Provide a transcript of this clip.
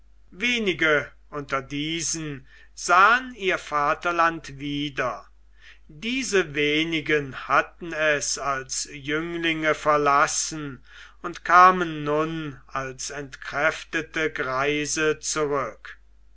wenige unter diesen sahen ihr vaterland wieder diese wenigen hatten es als jünglinge verlassen und kamen nun als entkräftete greise zurück